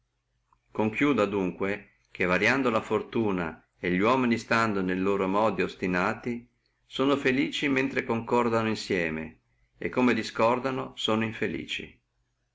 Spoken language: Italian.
concludo adunque che variando la fortuna e stando li uomini ne loro modi ostinati sono felici mentre concordano insieme e come discordano infelici